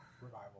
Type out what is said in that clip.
Revival